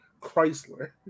Chrysler